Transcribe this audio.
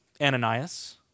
Ananias